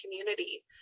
community